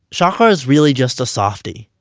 shahar's really just a softie.